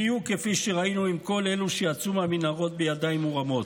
בדיוק כפי שראינו עם כל אלה שיצאו מהמנהרות בידיים מורמות.